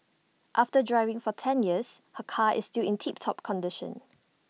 after driving for ten years her car is still in tip top condition